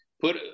put